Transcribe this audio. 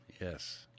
yes